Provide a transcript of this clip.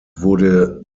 wurde